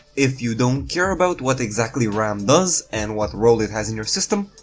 if you don't care about what exactly ram does and what role it has in your system,